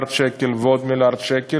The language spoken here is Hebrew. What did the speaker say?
להופיע שם מיליארד שקלים ועוד מיליארד שקלים,